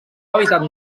hàbitat